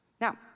Now